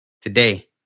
today